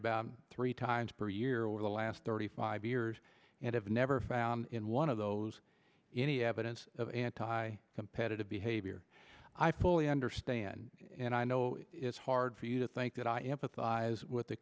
about three times per year over the last thirty five years and have never found in one of those any evidence of anti competitive behavior i fully understand and i know it's hard for you to think that i empathize with the